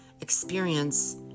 experience